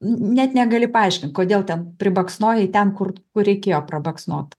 net negali paaiškint kodėl ten pribaksnojai ten kur kur reikėjo prabaksnot